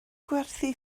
gwerthu